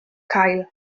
cael